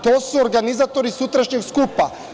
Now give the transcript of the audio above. To su organizatori sutrašnjeg skupa.